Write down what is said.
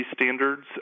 standards